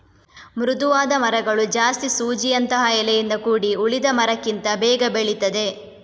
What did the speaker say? ಮೃದುವಾದ ಮರಗಳು ಜಾಸ್ತಿ ಸೂಜಿಯಂತಹ ಎಲೆಯಿಂದ ಕೂಡಿ ಉಳಿದ ಮರಕ್ಕಿಂತ ಬೇಗ ಬೆಳೀತದೆ